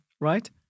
right